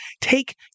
Take